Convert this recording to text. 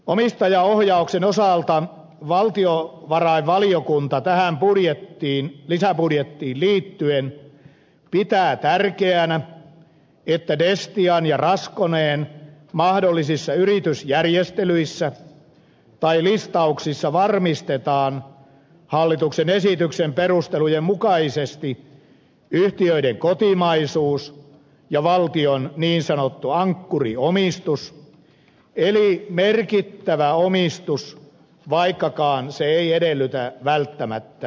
omistajaohjauksen osalta valtiovarainvaliokunta tähän lisäbudjettiin liittyen pitää tärkeänä että destian ja raskoneen mahdollisissa yritysjärjestelyissä tai listauksissa varmistetaan hallituksen esityksen perustelujen mukaisesti yhtiöiden kotimaisuus ja valtion niin sanottu ankkuriomistus eli merkittävä omistus vaikkakaan se ei edellytä välttämättä enemmistöä